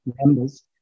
members